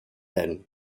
den